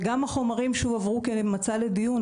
וגם החומרים שהועברו כמצע לדיון,